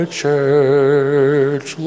church